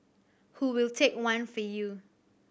who will take one for you